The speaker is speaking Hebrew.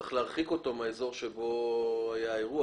צריך להרחיק אותו מהאזור שבו היה האירוע,